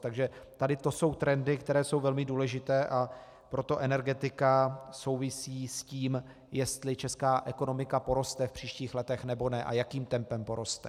Takže to jsou trendy, které jsou velmi důležité, a proto energetika souvisí s tím, jestli česká ekonomika poroste v příštích letech, nebo ne, a jakým tempem poroste.